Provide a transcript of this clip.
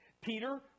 Peter